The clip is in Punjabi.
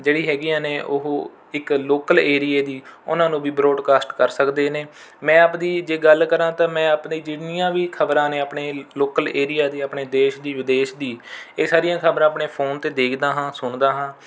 ਜਿਹੜੀ ਹੈਗੀਆਂ ਨੇ ਉਹ ਇੱਕ ਲੋਕਲ ਏਰੀਏ ਦੀ ਉਨ੍ਹਾਂ ਨੂੰ ਵੀ ਬਰੋਡਕਾਸਟ ਕਰ ਸਕਦੇ ਨੇ ਮੈਂ ਆਪ ਦੀ ਜੇ ਗੱਲ ਕਰਾਂ ਤਾਂ ਮੈਂ ਆਪਣੇ ਜਿੰਨੀਆਂ ਵੀ ਖਬਰਾਂ ਨੇ ਆਪਣੇ ਲੋਕਲ ਏਰੀਆ ਦੀ ਆਪਣੇ ਦੇਸ਼ ਦੀ ਵਿਦੇਸ਼ ਦੀ ਇਹ ਸਾਰੀਆਂ ਖਬਰਾਂ ਆਪਣੇ ਫੋਨ 'ਤੇ ਦੇਖਦਾ ਹਾਂ ਸੁਣਦਾ ਹਾਂ